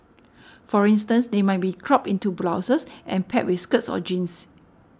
for instance they might be cropped into blouses and paired with skirts or jeans